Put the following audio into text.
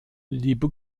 liebe